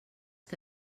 que